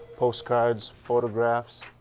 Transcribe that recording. post cards, photographs,